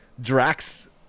Drax